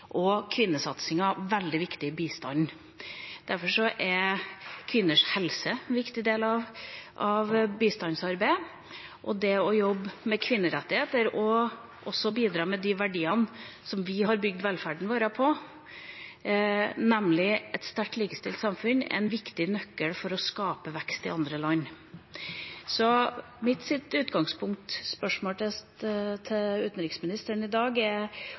og kvinnesatsingen veldig viktig i bistanden, og derfor er kvinners helse en viktig del av bistandsarbeidet. Og det å jobbe med kvinnerettigheter og å bidra med de verdiene som vi har bygd velferden vår på, nemlig et sterkt likestilt samfunn, er en viktig nøkkel til å skape vekst i andre land. Så mitt spørsmål til utenriksministeren i dag er